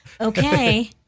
Okay